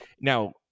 now